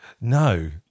No